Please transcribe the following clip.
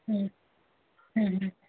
ହୁଁ ହୁଁ ହୁଁ